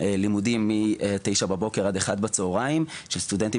לימודים מתשע בבוקר עד אחד בצהריים של סטודנטים